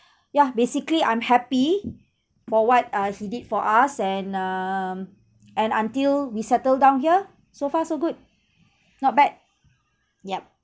yeah basically I'm happy for what uh he did for us and um and until we settle down here so far so good not bad yup